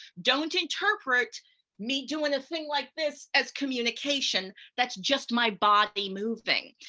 don't interpret me doing a thing like this as communication, that's just my body moving.